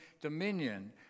dominion